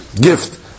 gift